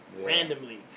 randomly